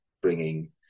bringing